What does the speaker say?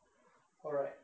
alright